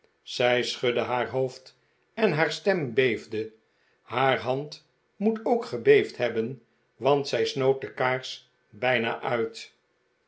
zij schudde haar hoofd en haar stem beefde haar hand moet ook gebeefd hebben want zij snoot de kaars bijna uit